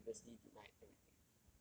when he previously denied everything